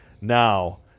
now